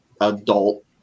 adult